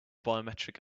biometric